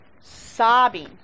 sobbing